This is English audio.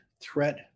threat